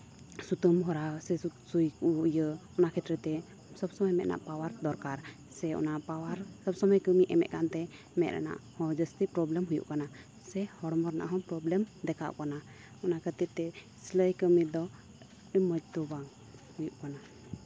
ᱥᱩᱛᱟᱢ ᱵᱷᱚᱨᱟᱣ ᱥᱮ ᱥᱩᱭ ᱠᱚ ᱤᱭᱟᱹ ᱚᱱᱟ ᱠᱷᱮᱛᱨᱮ ᱛᱮ ᱥᱚᱵᱥᱚᱢᱭ ᱢᱮᱸᱫ ᱨᱮᱱᱟᱜ ᱯᱟᱣᱟᱨ ᱫᱚᱨᱠᱟᱨ ᱥᱮ ᱚᱱᱟ ᱯᱟᱣᱟᱨ ᱥᱚᱵᱥᱚᱢᱚᱭ ᱠᱟᱹᱢᱤ ᱮᱢᱮᱫ ᱠᱟᱱᱛᱮ ᱢᱮᱫ ᱨᱮᱱᱟᱜ ᱦᱚᱸ ᱡᱟᱹᱥᱛᱤ ᱯᱨᱚᱵᱞᱮᱢ ᱦᱩᱭᱩᱜ ᱠᱟᱱᱟ ᱥᱮ ᱦᱚᱲᱢᱚ ᱨᱮᱱᱟᱜ ᱦᱚᱸ ᱯᱨᱚᱵᱞᱮᱢ ᱫᱮᱠᱷᱟᱜ ᱠᱟᱱᱟ ᱚᱱᱟ ᱠᱷᱟᱹᱛᱤᱨ ᱛᱮ ᱥᱤᱞᱟᱹᱭ ᱠᱟᱹᱢᱤ ᱫᱚ ᱟᱹᱰᱤ ᱢᱚᱡᱽ ᱫᱚ ᱵᱟᱝ ᱦᱩᱭᱩᱜ ᱠᱟᱱᱟ